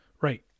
Right